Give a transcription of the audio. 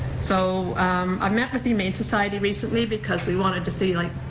so i met with the humane society recently because we wanted to see, like,